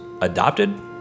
adopted